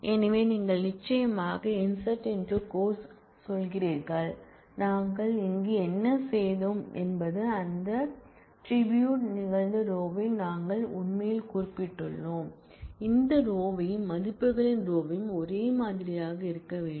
எனவே நீங்கள் நிச்சயமாக INSERT INTO கோர்ஸ் சொல்கிறீர்கள் நாங்கள் இங்கு என்ன செய்தோம் என்பது அந்த ட்ரிபூட் நிகழ்ந்த ரோயை நாங்கள் உண்மையில் குறிப்பிட்டுள்ளோம் அந்த ரோயும் மதிப்புகளின் ரோயும் ஒரே மாதிரியாக இருக்க வேண்டும்